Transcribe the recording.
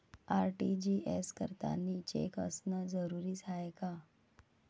RTGS करतांनी cheque असनं जरुरीच हाय का?